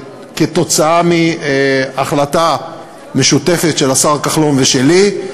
כתוצאה מהחלטה משותפת של השר כחלון ושלי,